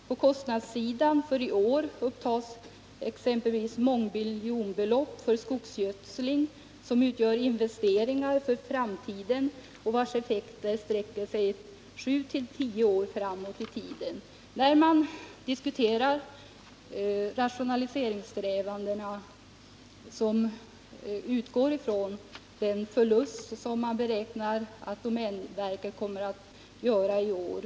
På kostnadssidan för i år upptas exempelvis mångmiljonbelopp för skogsgödsling, som är en investering för framtiden och vars effekter sträcker sig 7—10 år framåt i tiden. Rationaliseringssträvandena utgår från den förlust som man beräknar att domänverket kommer att göra i år.